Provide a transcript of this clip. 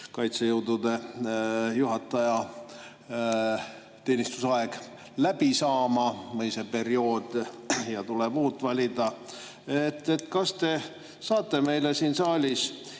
kaitsejõudude juhataja teenistusaeg läbi saama ja tuleb uus valida. Kas te saate meile siin saalis